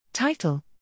Title